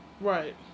Right